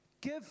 give